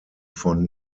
von